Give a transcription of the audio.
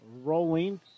rolling